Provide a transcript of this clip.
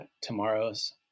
tomorrows